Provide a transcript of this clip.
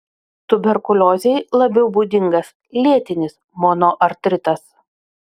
tuberkuliozei labiau būdingas lėtinis monoartritas